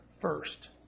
first